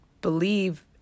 believe